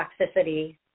toxicity